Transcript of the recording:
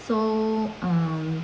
so um